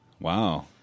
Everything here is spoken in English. Wow